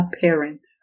parents